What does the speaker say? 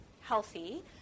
healthy